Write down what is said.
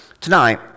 tonight